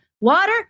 Water